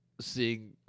seeing